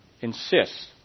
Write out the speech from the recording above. insists